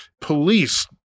police